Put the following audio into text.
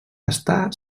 està